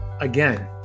again